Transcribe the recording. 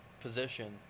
position